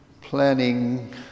planning